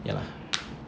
okay lah